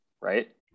right